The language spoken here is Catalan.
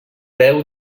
peu